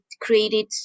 created